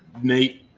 nate.